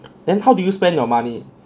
then how did you spend your money